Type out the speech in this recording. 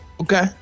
Okay